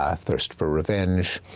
ah thirst for revenge,